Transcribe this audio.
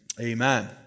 Amen